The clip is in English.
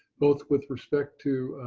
both with respect to